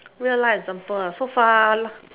real life example so far